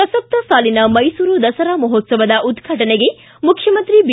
ಪ್ರಸಕ್ತ ಸಾಲಿನ ಮೈಸೂರು ದಸರಾ ಮಹೋತ್ಸವದ ಉದ್ಘಾಟನೆಗೆ ಮುಖ್ಶಮಂತ್ರಿ ಬಿ